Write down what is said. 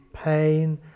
Pain